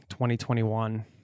2021